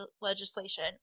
legislation